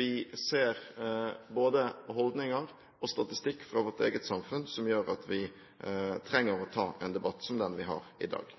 vi ser både holdninger og statistikk fra vårt eget samfunn som gjør at vi trenger å ta en debatt som den vi har i dag.